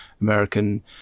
American